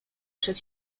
przed